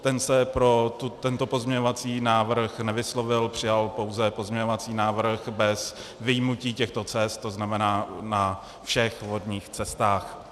Ten se pro tento pozměňovací návrh nevyslovil, přijal pouze pozměňovací návrh bez vyjmutí těchto cest, tzn. na všech vodních cestách.